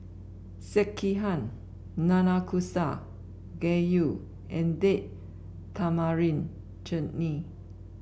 Sekihan Nanakusa Gayu and Date Tamarind Chutney